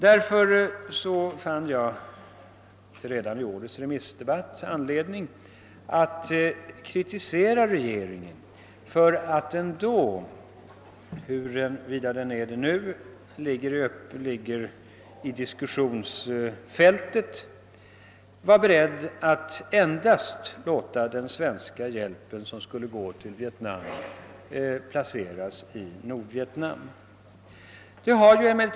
Därför fann jag redan i årets remissdebatt anledning att kritisera regeringen för att den då tycktes vara beredd att endast låta den svenska hjälpen till Vietnam gå till Nordvietnam. Huruvida regeringen är beredd att göra detsamma nu ligger i diskussionsfältet.